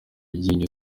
iryinyo